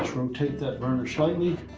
rotate that burner slightly,